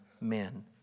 men